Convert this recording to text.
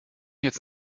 jetzt